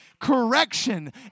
correction